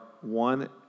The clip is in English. one